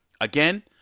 Again